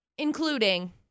Including